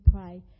pray